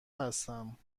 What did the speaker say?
هستم